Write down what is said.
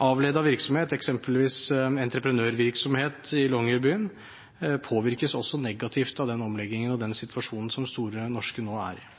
Avledet virksomhet – eksempelvis entreprenørvirksomhet – i Longyearbyen påvirkes også negativt av den omleggingen og den situasjonen som Store Norske nå er i.